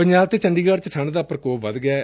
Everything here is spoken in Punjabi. ਪੰਜਾਬ ਅਤੇ ਚੰਡੀਗੜੁ ਚ ਠੰਢ ਦਾ ਪ੍ਰਕੋਪ ਵਧ ਗਿਐ